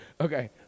Okay